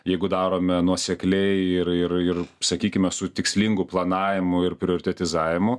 jeigu darome nuosekliai ir ir ir sakykime su tikslingu planavimu ir prioritetizavimu